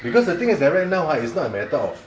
because the thing is that right now ah it's not a matter of